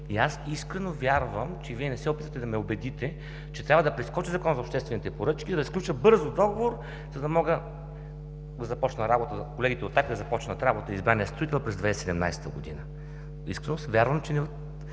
Аз искрено вярвам, че Вие не се опитвате да ме убедите, че трябва да прескоча Закона за обществените поръчки и да сключа бързо договор, за да могат колегите от АПИ да започнат работа с избрания строител през 2017 г. Искрено вярвам, че не